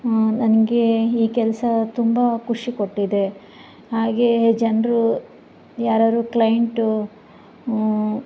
ಹ್ಞೂ ನನಗೆ ಈ ಕೆಲಸ ತುಂಬಾ ಖುಷಿ ಕೊಟ್ಟಿದೆ ಹಾಗೇ ಜನರು ಯಾರಾರು ಕ್ಲೈಂಟು